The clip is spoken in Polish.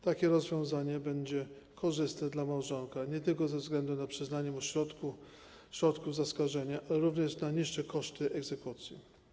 Takie rozwiązanie będzie korzystne dla małżonka nie tylko ze względu na przyznanie mu środków zaskarżenia, ale również na niższe koszty egzekucji.